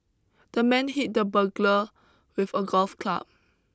the man hit the burglar with a golf club